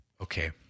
Okay